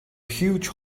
huge